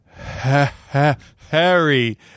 Harry